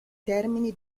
termini